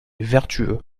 vertueux